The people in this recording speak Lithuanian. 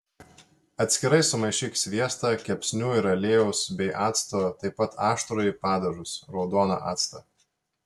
atskirai sumaišyk sviestą kepsnių ir aliejaus bei acto taip pat aštrųjį padažus raudoną actą